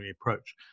approach